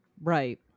Right